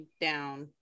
down